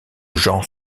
genre